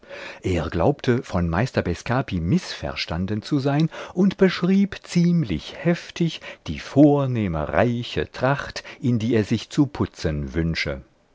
er glaubte von meister bescapi mißverstanden zu sein und beschrieb ziemlich heftig die vornehme reiche tracht in die er sich zu putzen wünsche